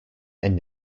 and